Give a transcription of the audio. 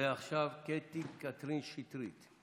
ועכשיו קטי קטרין שטרית.